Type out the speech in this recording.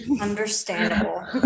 Understandable